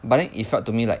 but then it felt to me like